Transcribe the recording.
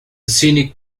scenic